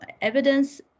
evidence